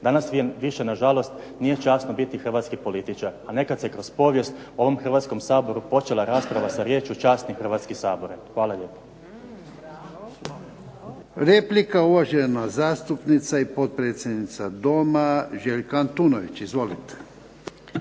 Danas više nažalost nije časno biti hrvatski političar a nekad se kroz povijest u ovom Hrvatskom saboru počela rasprava sa riječju: "Časni Hrvatski sabore". Hvala lijepa. **Jarnjak, Ivan (HDZ)** Replika uvažena zastupnica i potpredsjednica doma Željka Antunović. Izvolite.